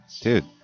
Dude